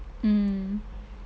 mm